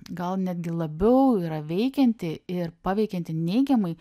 gal netgi labiau yra veikianti ir paveikianti neigiamai